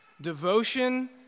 devotion